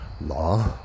Law